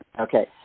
Okay